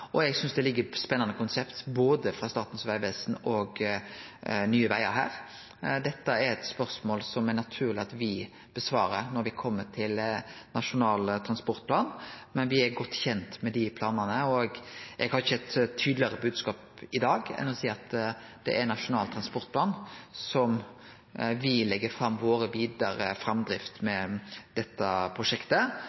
og det er stor trafikk der i dag. Eg synest det ligg føre spennande konsept frå både Statens vegvesen og Nye Vegar her. Dette er eit spørsmål det er naturleg at me svarar på i samband med Nasjonal transportplan, men me er godt kjende med dei planane. Eg har ikkje ein tydlegare bodskap i dag enn å seie at det er i Nasjonal transportplan me legg fram den vidare